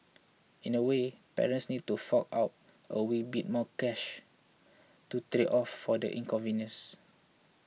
in a way parents need to fork out a wee bit more cash to trade off for the in convenience